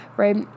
Right